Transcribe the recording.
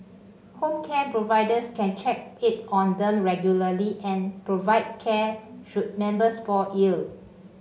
home care providers can check in on them regularly and provide care should members fall ill